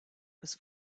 was